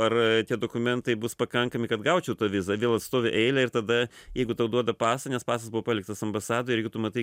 ar tie dokumentai bus pakankami kad gaučiau vizą vėl atstovi eilę ir tada jeigu tau duoda pasą nes pasas buvo paliktas ambasadoj ir jeigu tu matai